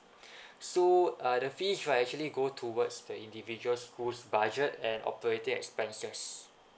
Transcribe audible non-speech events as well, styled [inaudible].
[breath] so uh the fees right actually go towards the individual schools' budget and operating expenses